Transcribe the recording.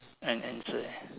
an answer